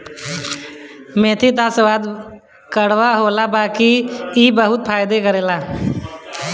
मेथी त स्वाद में कड़वा होला बाकी इ बहुते फायदा करेला